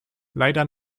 leider